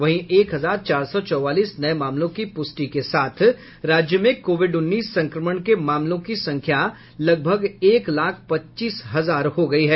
वहीं एक हजार चार सौ चौवालीस नये मामलों की पुष्टि के साथ राज्य में कोविड उन्नीस संक्रमण के मामलों की संख्या लगभग एक लाख पच्चीस हजार हो गयी है